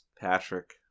Patrick